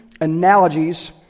analogies